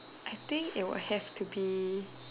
I think it would have to be